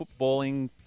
footballing